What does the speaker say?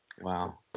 Wow